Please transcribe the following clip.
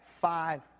five